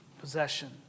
possession